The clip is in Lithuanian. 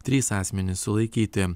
trys asmenys sulaikyti